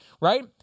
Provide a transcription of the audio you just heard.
right